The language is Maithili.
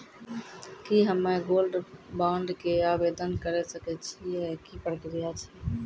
की हम्मय गोल्ड बॉन्ड के आवदेन करे सकय छियै, की प्रक्रिया छै?